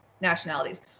nationalities